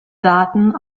daten